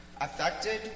affected